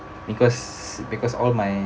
because because all my